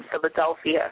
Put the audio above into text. Philadelphia